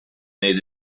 made